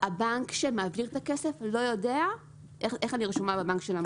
אבל הבנק שמעביר את הכסף לא יודע איך אני רשומה בבנק של המוטב.